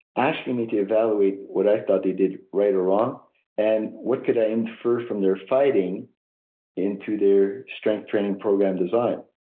asking me to evaluate what i thought they did right or wrong and what could i infer from their fighting into their strength training program design.